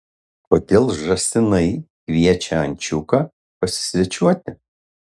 kodėl žąsinai kviečia ančiuką pasisvečiuoti